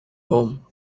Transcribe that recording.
home